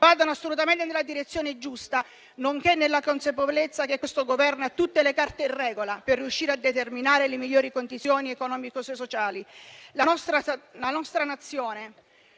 vadano assolutamente nella direzione giusta, nonché nella consapevolezza che questo Governo ha tutte le carte in regola per riuscire a determinare le migliori condizioni economico-sociali e che la nostra Nazione,